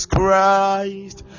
Christ